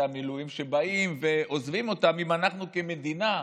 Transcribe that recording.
המילואים שבאים ועוזבים אותם אם אנחנו כמדינה,